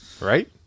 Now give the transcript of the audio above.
right